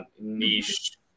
niche